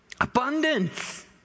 Abundance